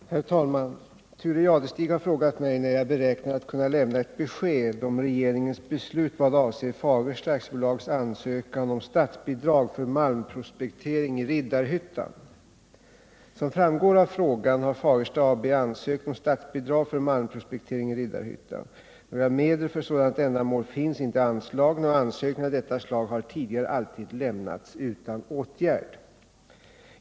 383, och anförde: Herr talman! Thure Jadestig har frågat mig när jag beräknar att kunna lämna ett besked om regeringens beslut vad avser Fagersta AB:s ansökan om statsbidrag för malmprospektering i Riddarhyttan. Som framgår av frågan har Fagersta AB ansökt om statsbidrag för malmprospektering i Riddarhyttan. Några medel för sådant ändamål finns inte anslagna och ansökningar av detta slag har tidigare alltid lämnats utan åtgärd.